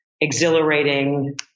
exhilarating